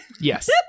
Yes